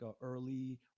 early